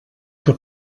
que